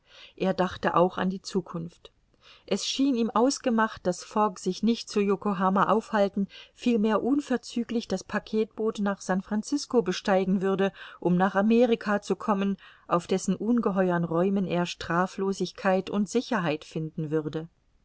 er dachte auch an die zukunft es schien ihm ausgemacht daß fogg sich nicht zu yokohama aufhalten vielmehr unverzüglich das packetboot nach san francisco besteigen würde um nach amerika zu kommen auf dessen ungeheuern räumen er straflosigkeit und sicherheit finden würde